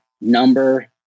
number